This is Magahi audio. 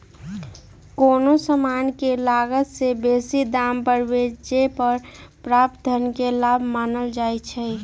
कोनो समान के लागत से बेशी दाम पर बेचे पर प्राप्त धन के लाभ मानल जाइ छइ